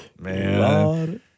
man